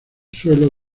suelo